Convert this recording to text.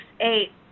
eight